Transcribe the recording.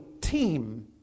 team